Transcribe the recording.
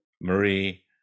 Marie